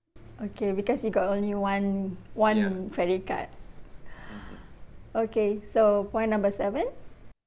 okay because you got only one one credit card okay so point number seven